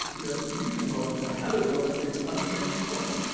you know, newton got a hell of a lot of things fundamentally wrong.